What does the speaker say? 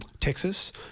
Texas